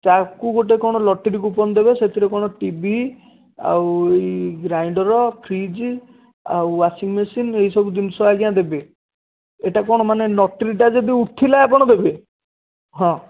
ତାକୁ ଗୋଟେ କ'ଣ ଲଟ୍ରି କୁପନ୍ ଦେବେ ସେଥିରେ କ'ଣ ଟି ଭି ଆଉ ଗ୍ରାଇଣ୍ଡର୍ ଫ୍ରିଜ୍ ଆଉ ୱାସିଂ ମେସିନ୍ ଏହି ସବୁ ଜିନିଷ ଆଜ୍ଞା ଦେବେ ଏଇଟା କ'ଣ ମାନେ ଲଟ୍ରିଟା ଯଦି ଉଠିଲା ଆପଣ ଦେବେ ହଁ